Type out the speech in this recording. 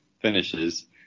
finishes